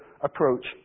approach